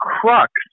crux